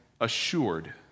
assured